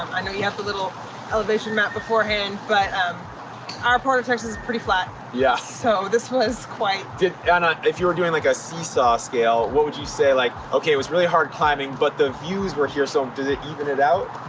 i know you have the little elevation map beforehand, but um our part of texas is pretty flat. yeah. so, this was quite. and, if you were doing like a seesaw scale, what would you say like, okay it was really hard climbing, but the views were here, so does it even it out?